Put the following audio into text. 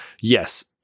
Yes